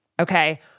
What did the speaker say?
Okay